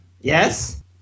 Yes